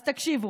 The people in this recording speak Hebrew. אז תקשיבו: